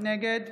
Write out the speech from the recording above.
נגד